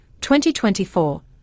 2024